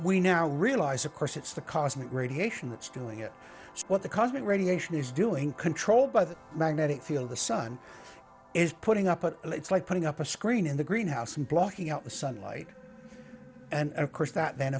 we now realize of course it's the cosmic radiation that's doing it what the cosmic radiation is doing controlled by the magnetic field the sun is putting up an ellipse like putting up a screen in the greenhouse and blocking out the sunlight and of course that th